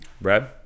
Brad